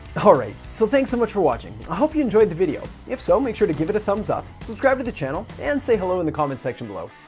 all right, so thanks so much for watching. i hope you enjoyed the video. if so, make sure to give it a thumbs up, subscribe to the channel, and say hello in the comment section below.